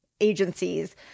agencies